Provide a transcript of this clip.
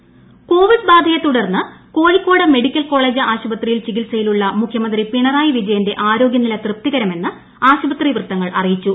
മുഖ്യമന്തി കോവിഡ് ബാധയെ തുടർന്ന് കോഴിക്കോട് മെഡിക്കൽ കോളെജ് ആശുപത്രിയിൽ ചികിത്സയിലുള്ള മുഖ്യമന്ത്രി പിണറായി വിജയന്റെ ആരോഗ്യനില തൃപ്തികരമെന്ന് ആശുപത്രി വൃത്തങ്ങൾ അറിയിച്ചു